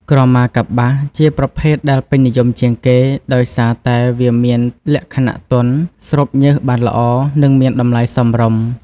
ក្រមាកប្បាស ជាប្រភេទដែលពេញនិយមជាងគេ ដោយសារតែវាមានលក្ខណៈទន់ ស្រូបញើសបានល្អ និងមានតម្លៃសមរម្យ។